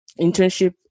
internship